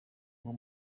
uwo